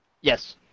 Yes